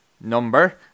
number